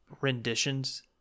renditions